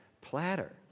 platter